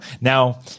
Now